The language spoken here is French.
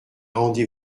rendez